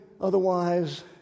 otherwise